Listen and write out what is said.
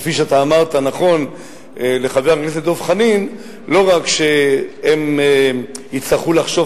כפי שאתה אמרת נכון לחבר הכנסת דב חנין: לא רק שהם יצטרכו לחשוב